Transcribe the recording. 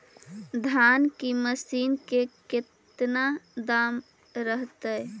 धान की मशीन के कितना दाम रहतय?